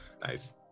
Nice